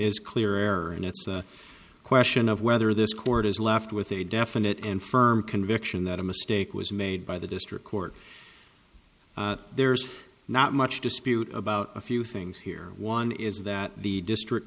is clearer and it's a question of whether this court is left with a definite and firm conviction that a mistake was made by the district court there's not much dispute about a few things here one is that the district